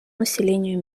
населению